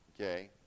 Okay